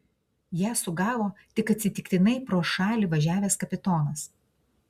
ją sugavo tik atsitiktinai pro šalį važiavęs kapitonas